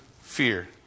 fear